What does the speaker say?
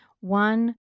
One